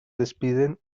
despiden